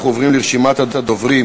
אנחנו עוברים לרשימת הדוברים.